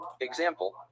Example